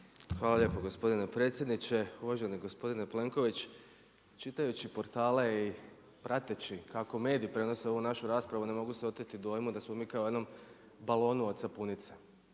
Hvala lijepo gospodine predsjedniče. Uvaženi gospodine Plenković. Čitajući portale i prateći kako mediji prenose ovu našu raspravu ne mogu se oteti dojmu da smo mi kao u jednom balonu od sapunice,